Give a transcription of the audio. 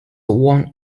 won